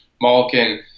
Malkin